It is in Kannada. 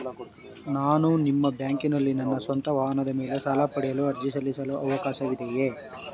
ನಾನು ನಿಮ್ಮ ಬ್ಯಾಂಕಿನಲ್ಲಿ ನನ್ನ ಸ್ವಂತ ವಾಹನದ ಮೇಲೆ ಸಾಲ ಪಡೆಯಲು ಅರ್ಜಿ ಸಲ್ಲಿಸಲು ಅವಕಾಶವಿದೆಯೇ?